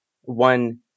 One